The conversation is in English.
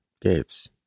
Gates